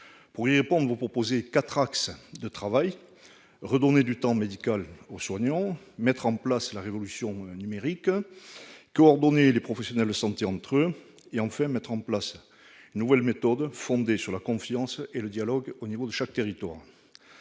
Pour y répondre, vous proposez quatre axes de travail : redonner du temps médical au soignant, mettre en place la révolution numérique, coordonner les professionnels de santé entre eux, mettre en place une nouvelle méthode, fondée sur la confiance et le dialogue au niveau de chaque territoire.